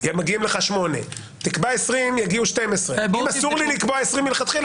מגיעים 8. תקבע 20 יגיעו 12. אם אסור לי לקבוע 20 לכתחילה,